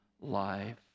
life